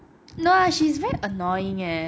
no ah she is very annoying eh